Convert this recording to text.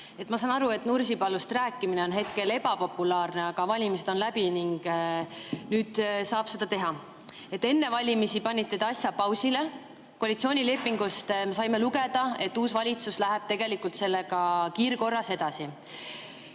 Ma saan aru, et Nursipalust rääkimine on hetkel ebapopulaarne, aga valimised on läbi ning nüüd saab seda teha. Enne valimisi panite te asja pausile. Koalitsioonilepingust me saame lugeda, et uus valitsus läheb tegelikult sellega kiirkorras edasi.